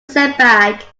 setback